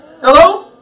Hello